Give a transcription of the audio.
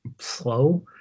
slow